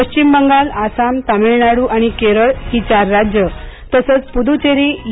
पश्चिम बंगाल आसाम तामिळनाडू आणि केरळ ही चार राज्यं तसंच पुदुच्चेरी या